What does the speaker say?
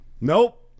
Nope